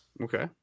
Okay